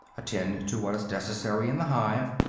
attend to what is necessary in the hive,